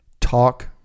talk